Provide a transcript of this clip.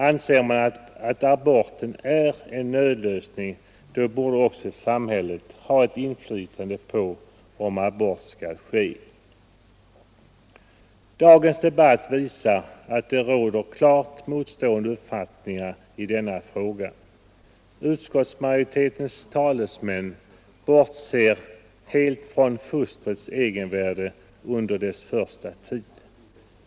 Anser man att abort är en nödlösning, då borde också samhället ha ett inflytande på om abort skall ske. Dagens debatt visar att det råder klart motstående uppfattningar i denna fråga. Utskottsmajoritetens talesmän bortser helt från fostrets egenvärde under dess första tid.